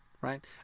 right